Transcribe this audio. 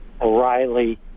O'Reilly